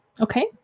Okay